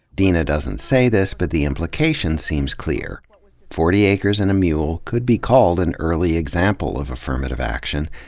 deena doesn't say this, but the implication seems clear forty acres and a mule could be called an early example of affirmative action,